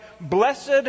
blessed